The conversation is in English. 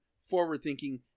forward-thinking